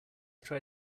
try